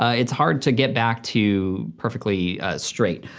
it's hard to get back to perfectly straight.